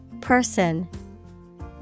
Person